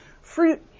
fruit